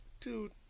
dude